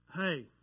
hey